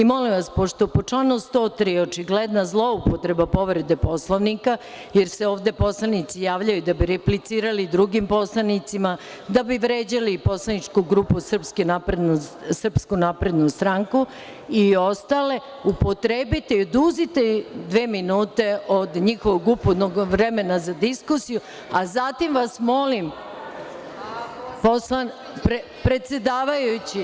Molim vas, pošto po članu 103. očigledna zloupotreba povrede Poslovnika, jer se ovde poslanici javljaju da bi replicirali drugim poslanicima, da bi vređali poslaničku grupu SNS i ostale, upotrebite i oduzmite im dve minute od njihovog ukupnog vremena za diskusiju, a zatim vas molim, predsedavajući